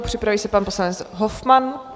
Připraví se pan poslanec Hofmann.